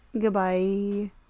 Goodbye